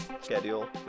schedule